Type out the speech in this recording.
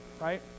right